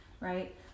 right